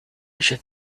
should